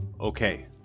Okay